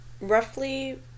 Roughly